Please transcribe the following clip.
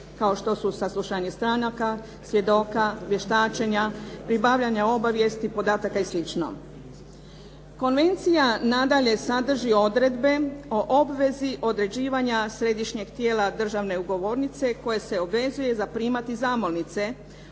kao što su saslušanje stranaka, svjedoka, vještačenja, pribavljanje obavijesti, podataka i slično. Konvencija nadalje sadrži odredbe o obvezi određivanja središnjeg tijela državne ugovornice koje se obvezuje zaprimati zamolnice